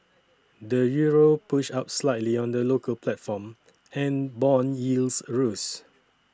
the Euro pushed up slightly on the local platform and bond yields rose